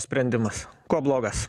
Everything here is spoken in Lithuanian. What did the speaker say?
sprendimas kuo blogas